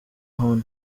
hon